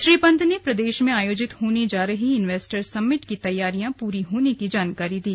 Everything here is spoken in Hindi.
श्री पंत ने प्रदेश में आयोजित होने जा रही इनवेस्टर्स समिट की तैयारियां पूरी होने की जानकारी दी